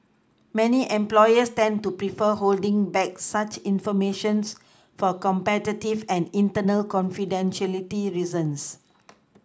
many employers tend to prefer holding back such information's for competitive and internal confidentiality reasons